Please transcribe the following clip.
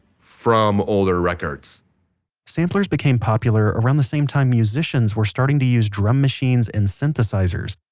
from older records samplers became popular around the same time musicians were starting to use drum machines and synthesizers.